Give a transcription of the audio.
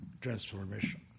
transformation